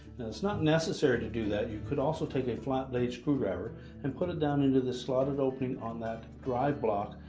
it's not necessary to do that. you could also take a flat-blade screwdriver and put it down into the slotted opening on that drive block,